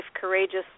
courageously